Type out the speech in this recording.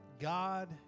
God